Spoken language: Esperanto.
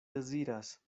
deziras